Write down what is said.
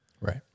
right